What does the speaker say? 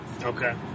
Okay